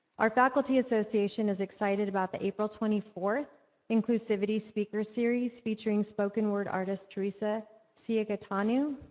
our faculty association is excited about the april twenty fourth inclusivity speaker series, featuring spoken word artist terisa siagatonu.